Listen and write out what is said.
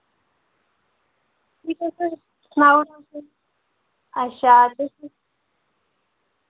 फ्ही तुस सनाओ असें अच्छा ते